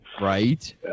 Right